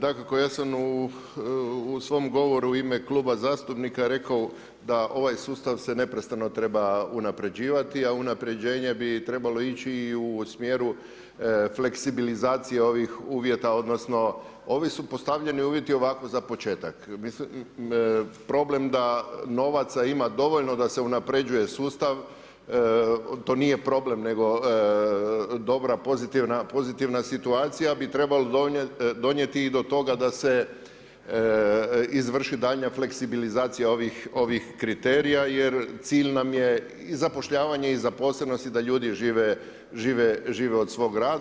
Dakako, ja sam u svom govoru u ime kluba zastupnika rekao da ovaj sustav se neprestano treba unapređivati a unapređenje bi trebalo ići i u smjeru fleksibilizacije ovih uvjeta odnosno ovdje su postavljeni ovako za početak, problem da novaca ima dovoljno da se unapređuje sustav, to nije problem nego dobra, pozitivna situacija bi trebala donijeti i do toga da se izvrši daljnja fleksibilizacija ovih kriterija jer cilj nam je i zapošljavanje i zaposlenost i da ljudi žive od svog rada.